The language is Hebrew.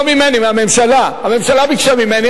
לא ממני, מהממשלה, הממשלה ביקשה ממני.